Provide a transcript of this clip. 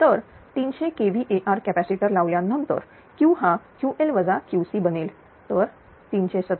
तर 300 kVAr capacitor लावल्यानंतर Q हा QL QC बनेल तर317